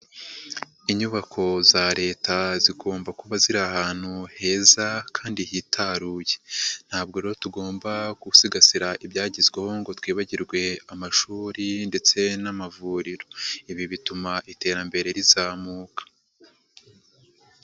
Inyubako za Leta zigomba kuba ziri ahantu heza kandi hitaruye, ntabwo rero tugomba gusigasira ibyagezweho ngo twibagirwe amashuri ndetse n'amavuriro, ibi bituma iterambere rizamuka.